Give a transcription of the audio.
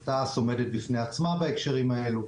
תעש עומדת בפני עצמה בהקשרים האלה,